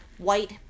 white